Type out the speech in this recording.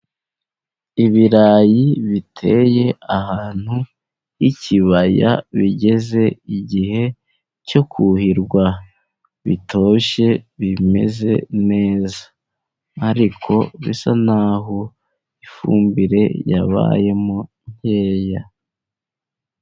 Ibirayi biteye ahantu h'ikibaya, bigeze igihe cyo kuhirwa biratoshye bimeze neza, ariko bisa naho ifumbire yabayemo nkeya.